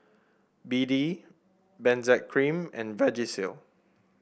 B D Benzac Cream and Vagisil